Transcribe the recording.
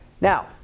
Now